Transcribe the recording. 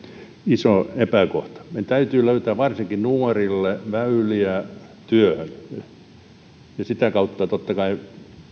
iso epäkohta meidän täytyy löytää varsinkin nuorille väyliä työhön ja sitä kautta totta kai